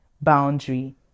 boundary